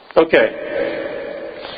Okay